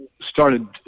started